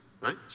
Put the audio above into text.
right